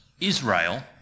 Israel